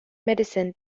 medicine